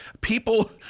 People